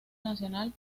nacional